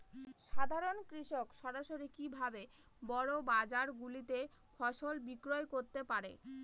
সাধারন কৃষক সরাসরি কি ভাবে বড় বাজার গুলিতে ফসল বিক্রয় করতে পারে?